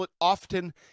often